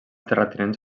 terratinents